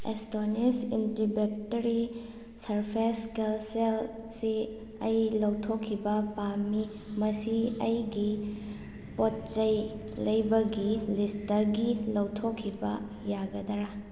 Astonish antibacterial surface ꯀꯦꯜꯁꯦꯜꯁꯤ ꯑꯩ ꯂꯧꯊꯣꯛꯈꯤꯕ ꯄꯥꯝꯏ ꯃꯁꯤ ꯑꯩꯒꯤ ꯄꯣꯠꯆꯩ ꯂꯩꯕꯒꯤ ꯂꯤꯁꯇꯒꯤ ꯂꯧꯊꯣꯛꯈꯤꯕ ꯌꯥꯒꯗꯔꯥ